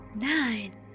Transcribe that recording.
Nine